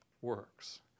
works